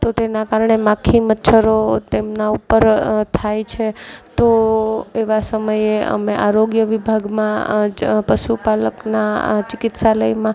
તો તેના કારણે માખી મચ્છરો તેમના ઉપર થાય છે તો એવા સમયે અમે આરોગ્ય વિભાગમાં જ પશુ પાલકના આ ચિકિત્સાલયમાં